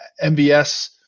MBS